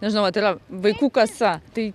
nežinau vat yra vaikų kasa tai